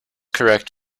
correct